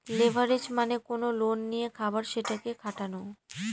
leverage মানে কোনো loan নিয়ে আবার সেটাকে খাটানো